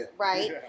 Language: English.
right